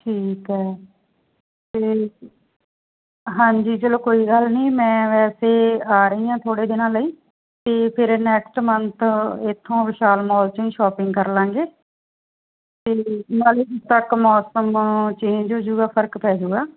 ਠੀਕ ਹੈ ਅਤੇ ਹਾਂਜੀ ਚਲੋ ਕੋਈ ਗੱਲ ਨਹੀਂ ਮੈਂ ਵੈਸੇ ਆ ਰਹੀ ਹਾਂ ਥੋੜ੍ਹੇ ਦਿਨਾਂ ਲਈ ਅਤੇ ਫਿਰ ਨੇਕਸਟ ਮੰਥ ਇੱਥੋਂ ਵਿਸ਼ਾਲ ਮੋਲ 'ਚੋਂ ਹੀ ਸ਼ੋਪਿੰਗ ਕਰ ਲਵਾਂਗੇ ਅਤੇ ਨਾਲੇ ਉਦੋਂ ਤੱਕ ਮੌਸਮ ਚੇਂਜ ਹੋ ਜਾਵੇਗਾ ਫਰਕ ਪੈ ਜਾਵੇਗਾ